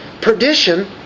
Perdition